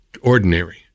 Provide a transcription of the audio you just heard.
ordinary